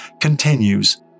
continues